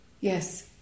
Yes